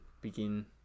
begin